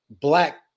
Black